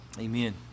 Amen